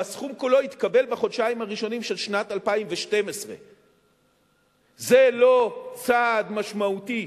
והסכום כולו יתקבל בחודשיים הראשונים של שנת 2012. זה לא צעד משמעותי.